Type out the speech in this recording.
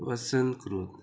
वसन कर